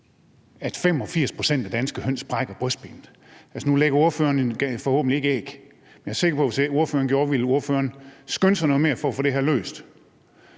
at 85 pct. af danske høns brækker brystbenet. Nu lægger ordføreren forhåbentlig ikke æg, men jeg er sikker på, at hvis ordføreren gjorde, ville ordføreren skynde sig noget mere for at få det her løst.